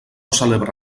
celebra